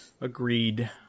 Agreed